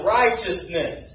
righteousness